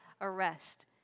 arrest